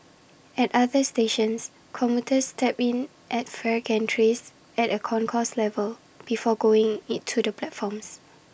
at other stations commuters tap in at fare gantries at A concourse level before going to the platforms